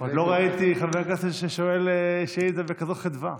עוד לא ראיתי חבר כנסת ששואל שאילתה בכזאת חדווה.